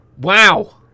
Wow